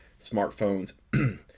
smartphones